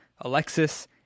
Alexis